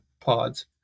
pods